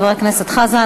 חבר הכנסת חזן,